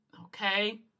Okay